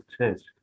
test